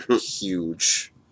Huge